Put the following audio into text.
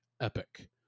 Epic